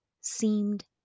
seemed